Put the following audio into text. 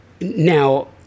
now